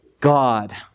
God